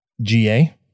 GA